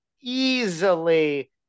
easily